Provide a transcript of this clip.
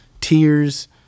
tears